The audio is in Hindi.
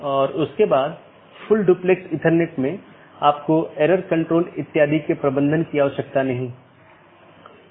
एक ज्ञात अनिवार्य विशेषता एट्रिब्यूट है जोकि सभी BGP कार्यान्वयन द्वारा पहचाना जाना चाहिए और हर अपडेट संदेश के लिए समान होना चाहिए